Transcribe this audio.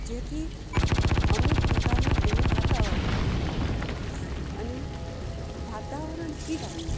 જેથી અમુક પ્રકારનું એને વાતાવરણ નથી મળતું અને વાતાવરણ સિવાય